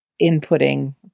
inputting